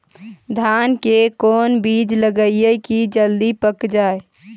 धान के कोन बिज लगईयै कि जल्दी पक जाए?